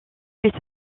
plus